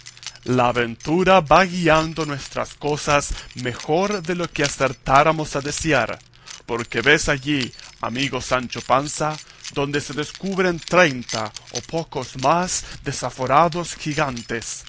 la ventura va guiando nuestras cosas mejor de lo que acertáramos a desear porque ves allí amigo sancho panza donde se descubren treinta o pocos más desaforados gigantes